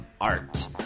art